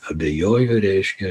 abejoju reiškia